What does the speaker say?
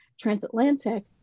transatlantic